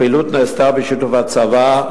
הפעילות נעשתה בשיתוף הצבא,